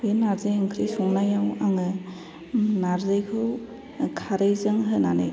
बे नार्जि ओंख्रि संनायाव आङो नार्जिखौ खारैजों होनानै